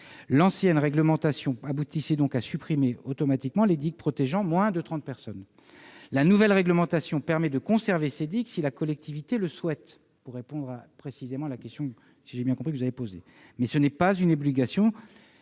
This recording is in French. L'ancienne réglementation aboutissait donc à supprimer automatiquement les digues protégeant moins de 30 personnes. La nouvelle réglementation permet de conserver ces digues si la collectivité le souhaite, pour répondre précisément à la question que vous avez posée. Mais cela n'est pas une obligation